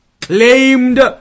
claimed